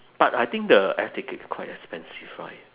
but I think the air ticket quite expensive right